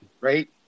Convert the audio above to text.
right